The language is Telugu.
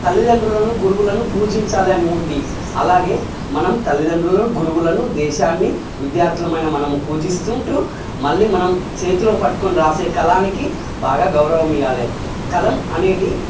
తల్లిదండ్రులను గురువులను పూజించాలి అని ఉంది అలాగే మనం తల్లిదండ్రులను గురువులను దేశాన్ని విద్యార్థులమైన మనము పూజించుకుంటు మళ్ళీ మనం చేతిలో పట్టుకొని రాసే కలానికి బాగా గౌరవం ఇవ్వాలి కలం అనేది